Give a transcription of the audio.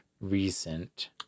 recent